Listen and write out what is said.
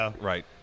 Right